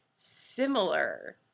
similar